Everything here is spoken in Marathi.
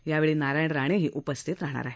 यावेळी नारायण राणे उपस्थित राहणार आहेत